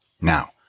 Now